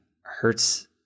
hurts